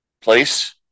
place